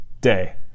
Day